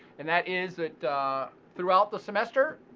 and that is that throughout the semester,